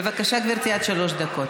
בבקשה, גברתי, עד שלוש דקות.